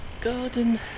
Garden